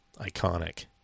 iconic